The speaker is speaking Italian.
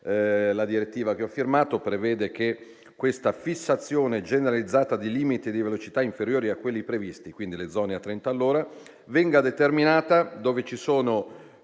La direttiva che ho firmato prevede che questa fissazione generalizzata dei limiti di velocità inferiori a quelli previsti, quindi le zone a 30 all'ora, venga determinata dove ci sono